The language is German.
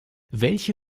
welche